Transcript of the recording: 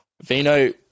Vino